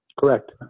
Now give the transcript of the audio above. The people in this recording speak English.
Correct